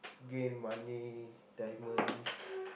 gain money diamonds